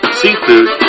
seafood